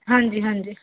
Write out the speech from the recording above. ਹਾਂਜੀ ਹਾਂਜੀ